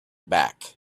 back